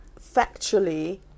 factually